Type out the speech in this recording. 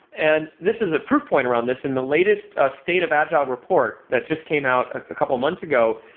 and this is a proof point around this in the latest ah state of agile report that just came out a couple months ago,